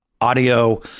audio